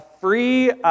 free